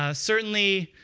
ah certainly,